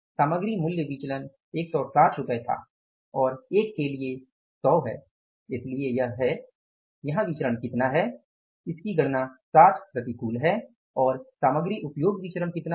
सामग्री मूल्य विचलन 160 रुपये था और एक के लिए 100 है इसलिए यह है यहाँ विचरण कितना है इसकी गणना 60 प्रतिकूल है और सामग्री उपयोग विचरण कितना था